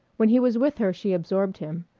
when he was with her she absorbed him,